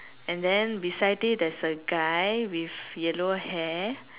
and then beside it there's a guy with yellow hair